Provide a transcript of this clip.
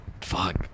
Fuck